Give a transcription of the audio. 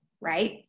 right